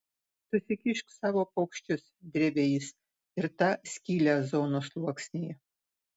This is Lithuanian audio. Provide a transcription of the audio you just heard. susikišk savo paukščius drėbė jis ir tą skylę ozono sluoksnyje